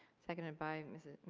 seconded by mrs.